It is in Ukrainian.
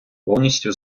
повністю